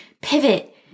pivot